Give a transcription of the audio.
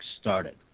started